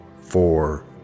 four